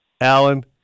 Alan